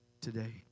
today